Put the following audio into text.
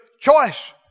choice